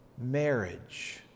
marriage